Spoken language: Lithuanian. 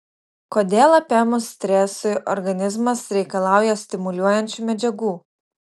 kodėl apėmus stresui organizmas reikalauja stimuliuojančių medžiagų